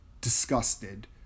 disgusted